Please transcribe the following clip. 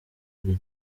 irya